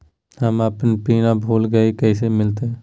हम पिन भूला गई, कैसे मिलते?